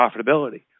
profitability